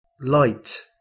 light